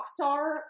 Rockstar